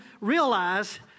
realize